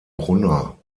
brunner